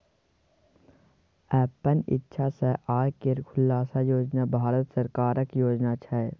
अपन इक्षा सँ आय केर खुलासा योजन भारत सरकारक योजना छै